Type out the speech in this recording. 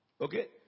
Okay